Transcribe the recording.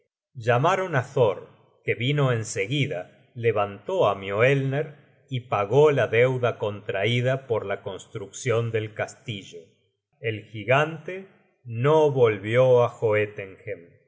llamaron á thor que vino en seguida levantó á mioelner y pagó la deuda contraida por la construccion del castillo el gigante no volvió á joetenhem del